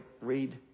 read